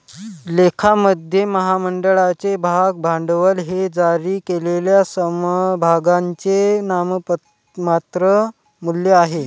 लेखामध्ये, महामंडळाचे भाग भांडवल हे जारी केलेल्या समभागांचे नाममात्र मूल्य आहे